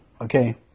okay